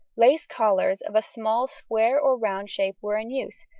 lace collars of a smaller square or rounded shape were in use,